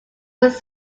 was